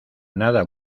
nada